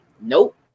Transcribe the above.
nope